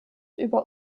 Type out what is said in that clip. über